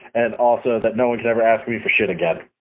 and also that no-one can ever ask me for shit again.